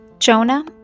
Jonah